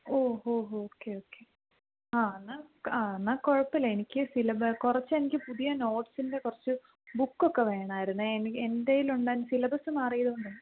ഓ ഓ okay okay ആ എന്നാൽ ആ എന്നാൽ കുഴപ്പമില്ല എനിക്ക് സിലബസ് കുറച്ച് എനിക്ക് പുതിയ നോട്ട്സിന്റെ കുറച്ച് ബുക്ക് ഒക്കെ വേണമായിരുന്നേ എൻ എൻറെ കയ്യിൽ ഉണ്ടായിരുന്ന സിലബസ് മാറിയതുകൊണ്ടേ